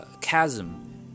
chasm